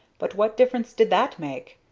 but what difference did that make?